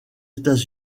états